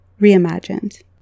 reimagined